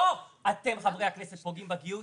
לא אתם חברי הכנסת פוגעים בגיוס,